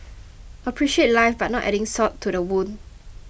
appreciate life but not adding salt to the wound